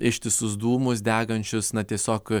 ištisus dūmus degančius na tiesiog